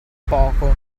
poco